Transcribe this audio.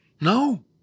No